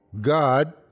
God